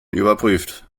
überprüft